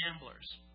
gamblers